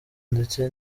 ndetse